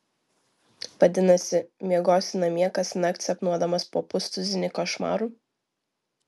vadinasi miegosi namie kasnakt sapnuodamas po pustuzinį košmarų